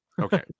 Okay